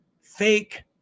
fake